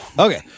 Okay